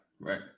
right